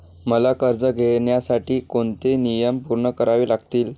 मला कर्ज घेण्यासाठी कोणते नियम पूर्ण करावे लागतील?